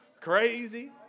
crazy